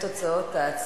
התשע"א 2011,